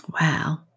Wow